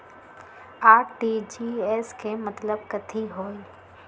RTGS के मतलब कथी होइ?